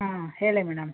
ಹಾಂ ಹೇಳಿ ಮೇಡಮ್